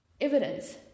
Evidence